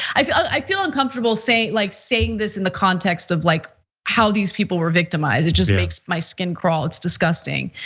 i feel uncomfortable saying like saying this in the context of like how these people were victimized it just makes my skin crawl. it's disgusting.